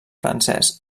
francès